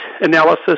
analysis